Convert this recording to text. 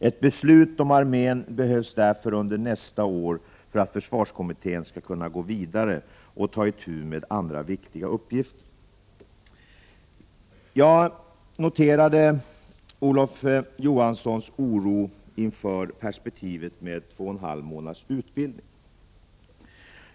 Ett beslut om armén behövs därför under nästa år för att försvarskommittén skall kunna gå vidare och ta itu med andra viktiga uppgifter. Jag noterade Olof Johanssons oro inför perspektivet av två och en halv månaders utbildning.